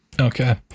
Okay